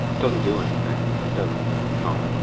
it doesn't do anything. it doesn't don't.